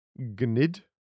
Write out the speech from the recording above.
Gnid